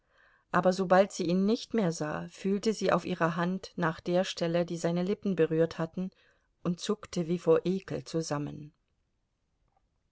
aber sobald sie ihn nicht mehr sah fühlte sie auf ihrer hand nach der stelle die seine lippen berührt hatten und zuckte wie vor ekel zusammen